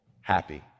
happy